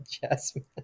Jasmine